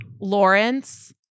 Lawrence